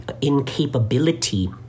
incapability